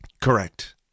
Correct